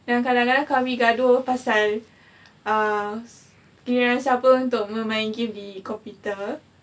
dan kadangkala kami gaduh pasal err giliran siapa untuk memain game di komputer